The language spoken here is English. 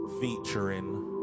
featuring